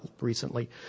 recently